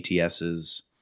ATS's